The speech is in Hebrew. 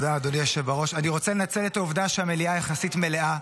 אני רוצה לנצל את העובדה שהמליאה יחסית מלאה,